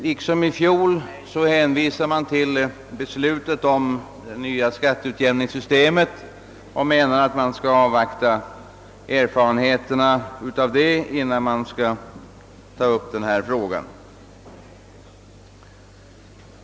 Liksom i fjol hänvisas till beslutet om det nya skatteutjämningssystemet och till att man skall avvakta erfarenheterna av detta innan denna fråga upptages till behandling.